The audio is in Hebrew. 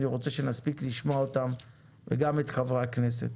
אני רוצה שנספיק לשמוע אותם וגם את חברי הכנסת